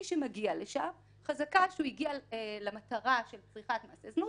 מי שמגיע לשם חזקה שהוא הגיע למטרה של צריכת מעשי זנות,